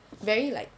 very like